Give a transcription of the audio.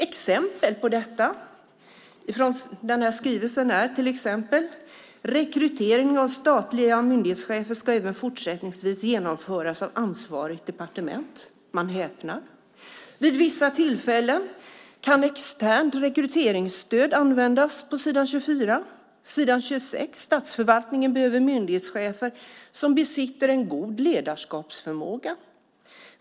Exempel på detta från skrivelsen: Rekrytering av statliga myndighetschefer ska även fortsättningsvis genomföras av ansvarigt departement, står det på s. 20. Man häpnar! Vid vissa tillfällen kan externt rekryteringsstöd användas, står det på s. 24. På s. 26 står det att "statsförvaltningen behöver myndighetschefer som besitter en god ledarskapsförmåga".